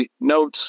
notes